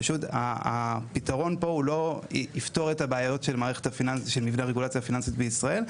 פשוט הפתרון פה הוא לא יפתור את מבנה הרגולציה הפיננסית בישראל,